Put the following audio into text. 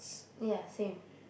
ya same